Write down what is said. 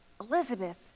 elizabeth